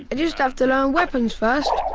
and just have to learn weapons first